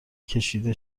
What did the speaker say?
کشیده